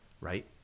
right